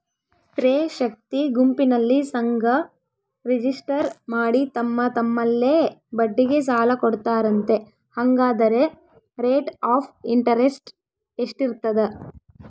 ಸ್ತ್ರೇ ಶಕ್ತಿ ಗುಂಪಿನಲ್ಲಿ ಸಂಘ ರಿಜಿಸ್ಟರ್ ಮಾಡಿ ತಮ್ಮ ತಮ್ಮಲ್ಲೇ ಬಡ್ಡಿಗೆ ಸಾಲ ಕೊಡ್ತಾರಂತೆ, ಹಂಗಾದರೆ ರೇಟ್ ಆಫ್ ಇಂಟರೆಸ್ಟ್ ಎಷ್ಟಿರ್ತದ?